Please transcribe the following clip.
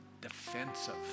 defensive